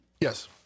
Yes